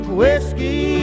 whiskey